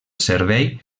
servei